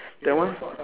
that one